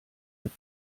mit